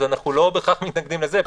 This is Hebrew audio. אנחנו לא בהכרח מתנגדים לזה.